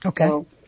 Okay